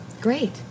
Great